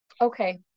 Okay